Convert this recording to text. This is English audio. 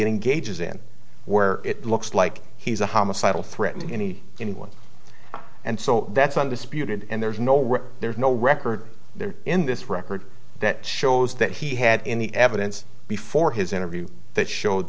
engages in where it looks like he's a homicidal threatening any anyone and so that's undisputed and there's no real there's no record in this record that shows that he had any evidence before his interview that showed